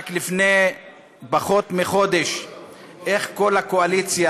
איך רק לפני פחות מחודש כל הקואליציה,